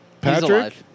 Patrick